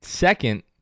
Second